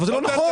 אבל זה לא נכון.